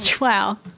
Wow